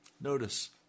Notice